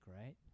right